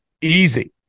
easy